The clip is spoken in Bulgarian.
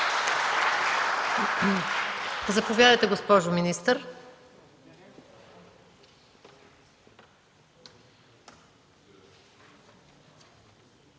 Заповядайте, госпожо министър.